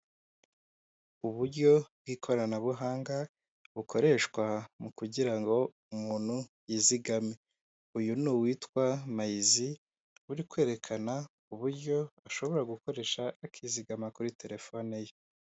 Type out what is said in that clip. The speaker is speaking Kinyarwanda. Uburyo bw'ikoranabuhanga bukoreshwa mu kugira ngo umuntu yizigame. Uyu ni uwitwa Mayizi uri kwerekana uburyo ashobora gukoresha akizigama kuri telefone ye.